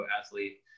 athlete